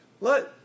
Let